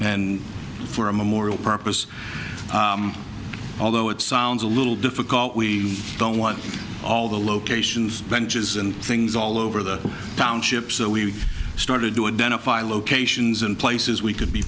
for a memorial purpose although it sounds a little difficult we don't want all the locations benches and things all over the township so we started to identify locations and places we could be